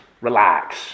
Relax